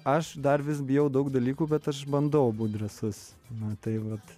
aš dar vis bijau daug dalykų bet aš bandau būt drąsus na tai vat